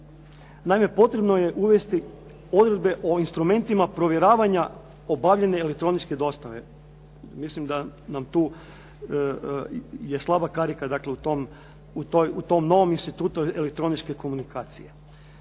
Naime, potrebno je uvesti odredbe o instrumentima provjeravanja obavljene elektroničke dostave. Mislim da nam je tu slaba karika, dakle u tom novom institutu elektroničke komunikacije.